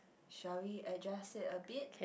shall we adjust it a bit